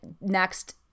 next